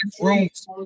rooms